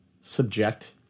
subject